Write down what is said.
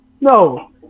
no